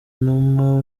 numa